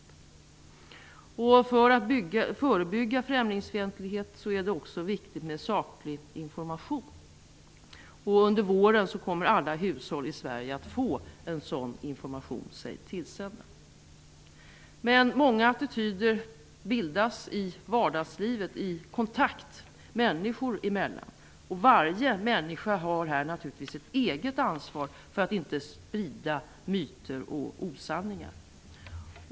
För att förebygga främlingsfientlighet är det också viktigt med saklig information. Under våren kommer alla hushåll i Sverige att få en sådan information. Men många attityder bildas i vardagslivet genom kontakter människor emellan. Varje människa har här ett eget ansvar för att inte sprida myter och osanningar.